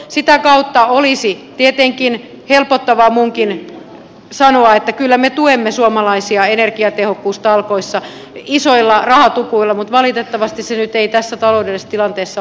sitä kautta olisi tietenkin helpottavaa minunkin sanoa että kyllä me tuemme suomalaisia energiatehokkuustalkoissa isoilla rahatukuilla mutta valitettavasti se nyt ei tässä taloudellisessa tilanteessa ole mahdollista